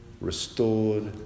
restored